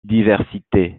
diversité